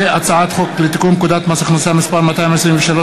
הצעת חוק לתיקון פקודת מס הכנסה (מס' 223),